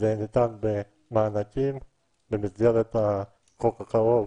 וניתן מענקים במסגרת החוק הקרוב,